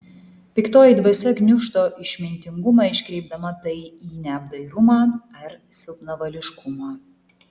piktoji dvasia gniuždo išmintingumą iškreipdama tai į neapdairumą ar silpnavališkumą